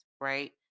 right